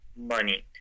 money